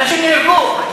אנשים נהרגו.